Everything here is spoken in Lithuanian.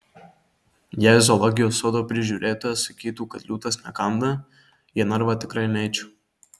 jei zoologijos sodo prižiūrėtojas sakytų kad liūtas nekanda į narvą tikrai neičiau